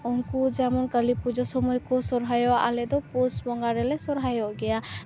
ᱩᱱᱠᱩ ᱡᱮᱢᱚᱱ ᱠᱟᱹᱞᱤᱯᱩᱡᱟᱹ ᱥᱚᱢᱚᱭ ᱠᱚ ᱥᱚᱨᱦᱟᱭᱚᱜᱼᱟ ᱟᱞᱮ ᱫᱚ ᱯᱳᱥ ᱵᱩᱸᱜᱟ ᱨᱮᱞᱮ ᱥᱚᱨᱦᱟᱭᱚᱜ ᱜᱤᱭᱟ